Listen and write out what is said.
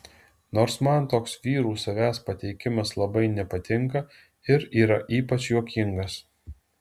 nors man toks vyrų savęs pateikimas labai nepatinka ir yra ypač juokingas